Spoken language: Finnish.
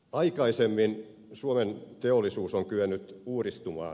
aikaisemmin suomen teollisuus on kyennyt uudistumaan